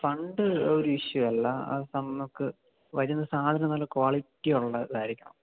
fund ഒരു issue അല്ല നമുക്ക് വരുന്ന സാധനം നല്ല ക്വാളിറ്റിയുള്ളതായിരിക്കണം